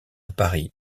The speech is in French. paris